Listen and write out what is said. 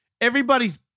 Everybody's